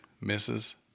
misses